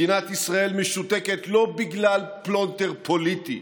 מדינת ישראל משותקת לא בגלל פלונטר פוליטי